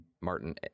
Martin